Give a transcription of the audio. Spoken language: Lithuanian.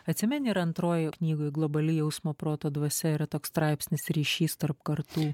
atsimeni ir antrojo jo knygoj globali jausmo proto dvasia yra toks straipsnis ryšys tarp kartų